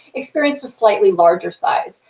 experienced a slightly larger size.